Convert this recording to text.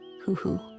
hoo-hoo